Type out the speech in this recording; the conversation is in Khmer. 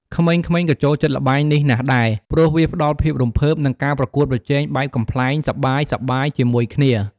ក្មេងៗក៏ចូលចិត្តល្បែងនេះណាស់ដែរ ព្រោះវាផ្តល់ភាពរំភើប និងការប្រកួតប្រជែងបែបកំប្លែងសប្បាយៗជាមួយគ្នា។